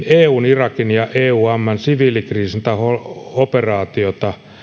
eun irakin ja euamn siviilikriisinhallintaoperaatiota